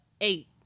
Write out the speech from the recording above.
eight